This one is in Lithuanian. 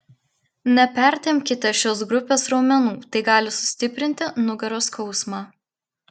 nepertempkite šios grupės raumenų tai gali sustiprinti nugaros skausmą